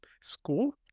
school